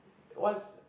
what's